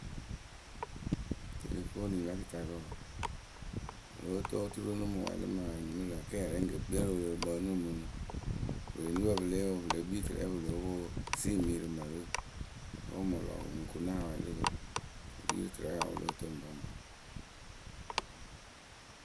Telefoni la kɨtakǝ wǝǝ, wɨ lóo toŋ oturu nɨ mɨ wɛɛlɩ mɨ awɛ ŋnɨ mɨ lä kɛɛyǝ rɛ ŋ ke kpii ǝrɨ wɨlɨɨrɨkpǝ ǝ nɨ ŋ mɨ nuŋ. Oporenipǝ pɨ le yee wɨ pɨ le kpii tɨrɛ pɨ lóo pwo wɨ siimɨyǝ rɨ mǝrǝ we. Wɨ lɔ wɨ ŋ kuŋ nɨ awɛɛlɩ wɨ ri rɨ tɨrɛ wɨ ya wɨ lóo toŋ ŋpaŋpa.